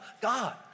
God